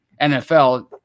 NFL